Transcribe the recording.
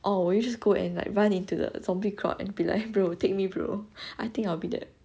or will you just go and like run into the zombie crowd and be like bro take me bro I think I'll be that